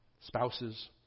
Spouses